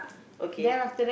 okay